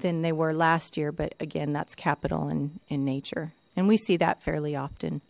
than they were last year but again that's capital and in nature and we see that fairly often